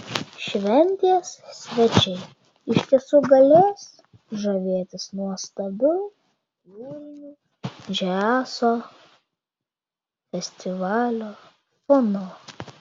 šventės svečiai iš tiesų galės žavėtis nuostabiu jūriniu džiazo festivalio fonu